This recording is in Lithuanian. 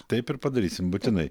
taip ir padarysim būtinai